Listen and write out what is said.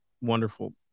Wonderful